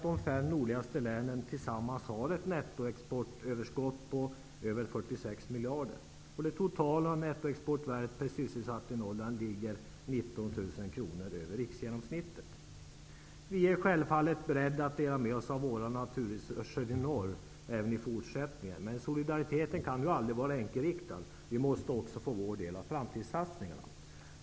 De fem nordligaste länen hade tillsammans en nettoexportöverskott på över 46 miljarder, och det totala nettoexportvärdet per sysselsatt i Norrland ligger 19 000 kr över riksgenomsnittet. Vi är självfallet beredda att även i fortsättningen dela med oss av våra naturresurser, men solidaritet kan aldrig vara enkelriktad. Vi måste också få vår del av framtidssatsningarna.